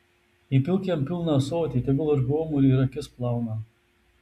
įpilk jam pilną ąsotį tegu ir gomurį ir akis plauna